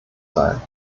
sein